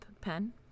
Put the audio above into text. pen